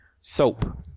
Soap